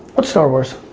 what star wars?